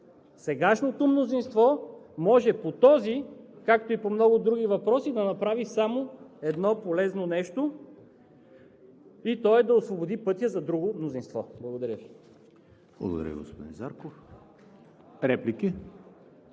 Сегашното мнозинство може по този, както и по много други въпроси, да направи само едно полезно нещо, и то е да освободи пътя за друго мнозинство. Благодаря Ви. (Единични